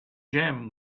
gem